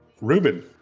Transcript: Ruben